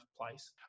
place